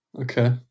Okay